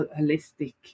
holistic